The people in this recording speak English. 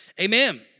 Amen